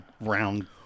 round